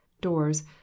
doors